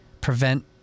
prevent